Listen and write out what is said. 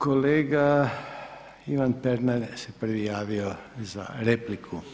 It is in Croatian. Kolega Ivan Pernar se prvi javio za repliku.